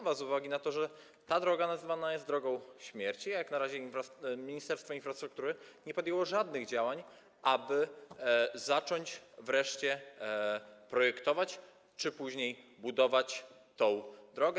Pytam z uwagi na to, że ta droga nazywana jest drogą śmierci, a jak na razie ministerstwo infrastruktury nie podjęło żadnych działań, aby zacząć wreszcie projektować czy później budować tę drogę.